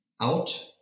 out